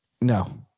No